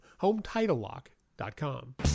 HomeTitleLock.com